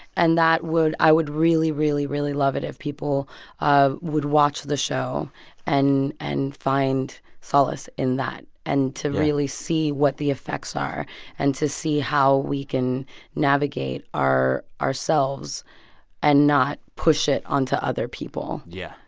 and that would i would really, really, really love it if people um would watch the show and and find solace in that and to really see what the effects are and to see how we can navigate ourselves and not push it on to other people. yeah.